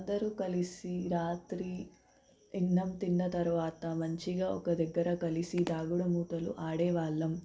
అందరూ కలిసి రాత్రి అన్నం తిన్న తర్వాత మంచిగా ఒక దగ్గర కలిసి దాగుడుమూతలు ఆడే వాళ్ళం